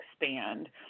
expand